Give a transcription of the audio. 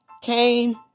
came